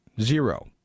Zero